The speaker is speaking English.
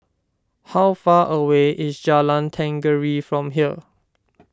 How far away is Jalan Tenggiri from here